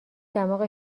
دماغ